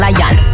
Lion